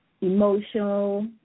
emotional